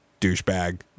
douchebag